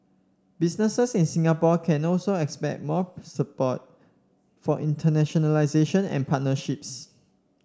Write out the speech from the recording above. businesses in Singapore can also expect more support for internationalisation and partnerships